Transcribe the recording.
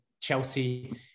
Chelsea